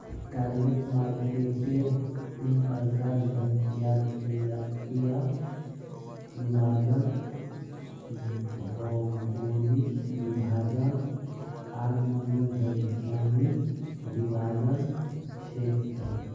target marketer तीन प्रकार जनसांख्यिकीय विभाजन, भौगोलिक विभाजन आर मनोवैज्ञानिक विभाजन छेक